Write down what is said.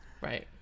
Right